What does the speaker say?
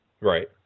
Right